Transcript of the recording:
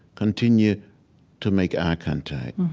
continue to make eye contact.